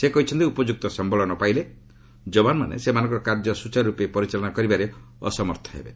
ସେ କହିଛନ୍ତି ଉପଯ୍ରକ୍ତ ସମ୍ଘଳ ନ ପାଇଲେ ଯବାନମାନେ ସେମାନଙ୍କର କାର୍ଯ୍ୟ ସ୍ଚାର୍ରର୍ପେ ପରିଚାଳନା କରିବାରେ ଅସମର୍ଥ ହେବେ